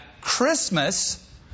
Christmas